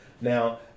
Now